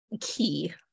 key